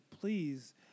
Please